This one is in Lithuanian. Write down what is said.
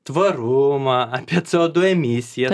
tvarumą apie c o du emisiją